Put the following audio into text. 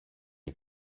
est